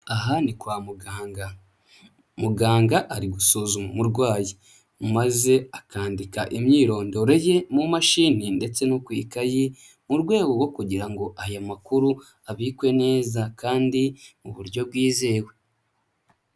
Aha ni kwa muganga, muganga ari gusuzuma umurwayi maze akandika imyirondoro ye mu mashini ndetse no ku ikayi mu rwego rwo kugira ngo aya makuru abikwe neza kandi mu buryo bwizewe.